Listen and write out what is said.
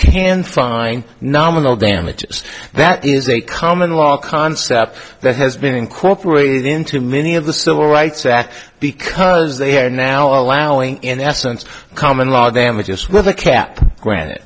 can find nominal damages that is a common law concept that has been incorporated into many of the civil rights act because they are now allowing in essence common law damages with a cap grant